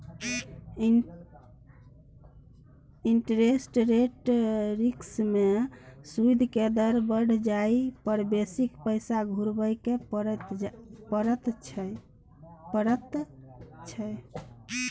interest rate risk में सूइद के दर बइढ़ जाइ पर बेशी पैसा घुरबइ पड़इ छइ